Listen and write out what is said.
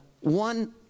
one